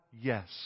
yes